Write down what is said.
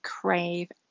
crave